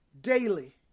daily